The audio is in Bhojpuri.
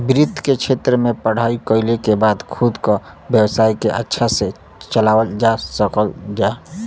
वित्त के क्षेत्र में पढ़ाई कइले के बाद खुद क व्यवसाय के अच्छा से चलावल जा सकल जाला